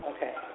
Okay